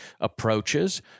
approaches